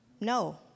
No